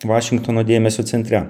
vašingtono dėmesio centre